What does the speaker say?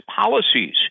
policies